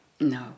no